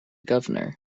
governor